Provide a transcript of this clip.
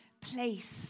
place